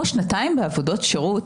אם הוא שנתיים בעבודות שירות,